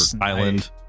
island